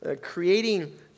creating